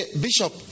Bishop